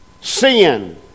sin